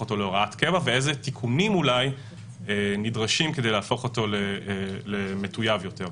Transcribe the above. אותו להוראת קבע ואיזה תיקונים אולי נדרשים כדי להפוך אותו למטויב יותר.